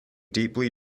deeply